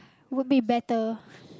would be better